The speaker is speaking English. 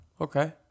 Okay